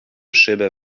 szybę